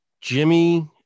Jimmy